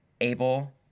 able